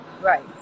right